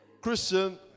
Christian